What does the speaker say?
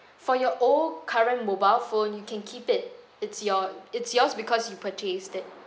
for your old current mobile phone you can keep it it's your it's yours because you purchased it